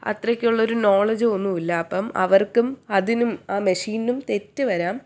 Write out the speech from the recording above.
അത്രയ്ക്കുള്ളൊരു നോളേജും ഒന്നും ഇല്ല അപ്പം അവർക്കും അതിനും ആ മെഷീനിനും തെറ്റ് വരാം